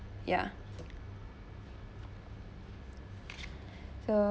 ya so